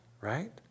right